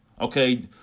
Okay